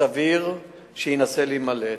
סביר שינסה להימלט.